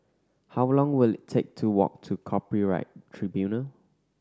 how long will it take to walk to Copyright Tribunal